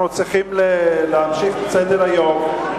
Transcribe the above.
אנחנו צריכים להמשיך את סדר-היום.